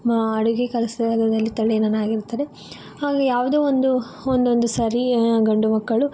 ಅಡುಗೆ ಕೆಲಸದ ಮೇಲೆ ತಲ್ಲೀನರಾಗಿರ್ತಾರೆ ಹಾಗೆ ಯಾವುದೇ ಒಂದು ಒಂದೊಂದು ಸರಿ ಗಂಡು ಮಕ್ಕಳು